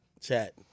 chat